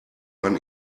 man